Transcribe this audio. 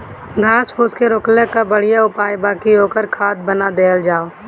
घास फूस के रोकले कअ बढ़िया उपाय बा कि ओकर खाद बना देहल जाओ